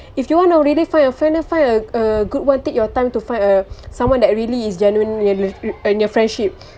if you want to really find a friend then find a a good one take your time to find uh someone that really is genuine in your friendship